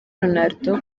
ronaldo